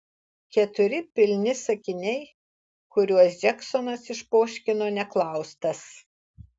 keturi pilni sakiniai kuriuos džeksonas išpoškino neklaustas